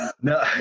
No